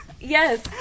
yes